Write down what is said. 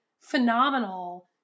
phenomenal